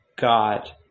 God